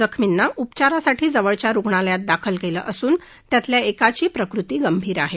जखमींना उपचारासाठी जवळच्या रुग्णालयात दाखल केलं असून त्यातल्या एकाची प्रकृती गंभीर आहे